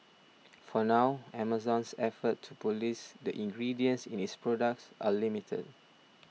for now Amazon's efforts to police the ingredients in its products are limited